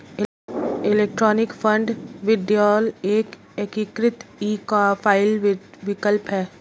electronic fund withdrawal एक एकीकृत e file विकल्प है